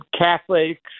Catholics